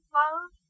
love